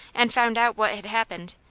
and found out what had happened,